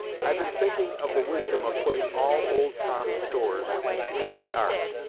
i've been thinking of the wisdom of putting all old tom's stores into the ark,